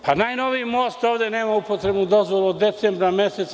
Pa, najnoviji most ovde nema upotrebnu dozvolu od decembra meseca.